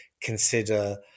consider